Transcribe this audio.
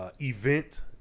event